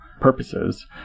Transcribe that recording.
purposes